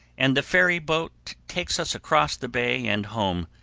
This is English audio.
and the ferryboat takes us across the bay and home,